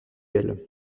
belle